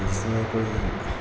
इसमें कुछ